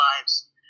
lives